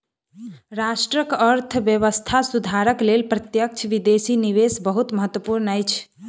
राष्ट्रक अर्थव्यवस्था सुधारक लेल प्रत्यक्ष विदेशी निवेश बहुत महत्वपूर्ण अछि